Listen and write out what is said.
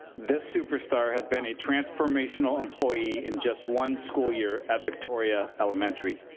this super star has been a transformational employee in just one school year at victoria elementary.